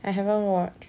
I haven't watch